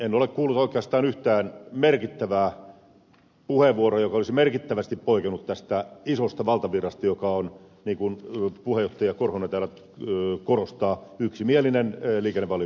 en ole kuullut oikeastaan yhtään merkittävää puheenvuoroa joka olisi merkittävästi poikennut tästä isosta valtavirrasta joka on niin kuin puheenjohtaja korhonen korostaa yksimielinen liikennevaliokunnan mietintö